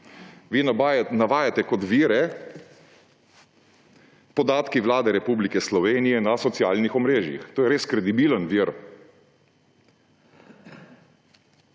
Vi navajate kot vire podatke Vlade Republike Slovenije na socialnih omrežjih. To je res kredibilen vir.